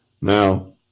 now